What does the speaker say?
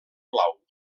blau